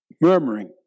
murmuring